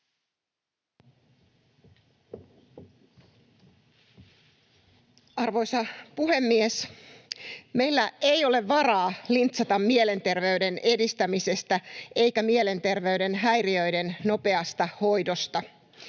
Arvoisa puhemies! Meillä ei ole varaa lintsata mielenterveyden edistämisestä eikä mielenterveyden häiriöiden nopeasta hoidosta.